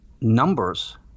numbers